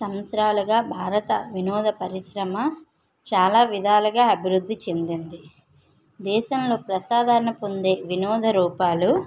సంవత్సరాలుగా భారత వినోద పరిశ్రమ చాలా విధాలుగా అభివృద్ధి చెందింది దేశంలో ప్రసాధారణ పొందే వినోద రూపాలు